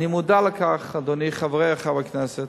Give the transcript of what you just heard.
אני מודע לכך, אדוני, חברי חברי הכנסת,